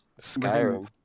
Skyrim